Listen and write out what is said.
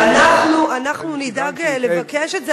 אנחנו נדאג לבקש את זה.